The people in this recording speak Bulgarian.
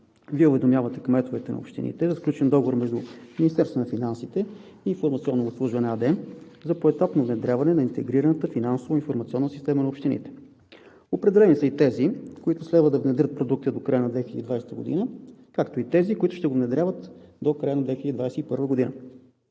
Вие уведомявате кметовете на общините за сключен договор между Министерството на финансите и „Информационно обслужване“ АД за поетапно внедряване на интегрираната финансово-информационна система на общините. Определени са и тези, които следва да внедрят продукта до края на 2020 г., както и тези, които ще го внедряват до края на 2021 г.